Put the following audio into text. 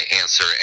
answer